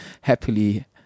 happily